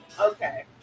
Okay